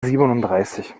siebenunddreißig